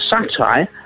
satire